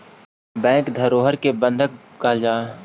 bank धरोहर के बंधक कहल जा हइ